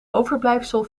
overblijfsel